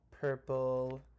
purple